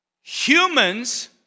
humans